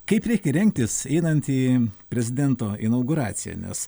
kaip reikia rengtis einant į prezidento inauguraciją nes